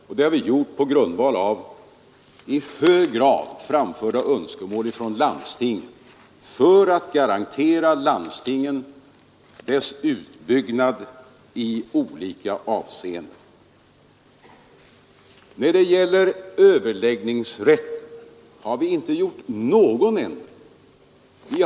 Och vi har gjort det i hög grad på grund av de önskemål som framförts av landstingen och för att garantera folktandvårdens utbyggnad i olika avseenden. När det gäller överläggningsrätten har vi inte gjort någon ändring.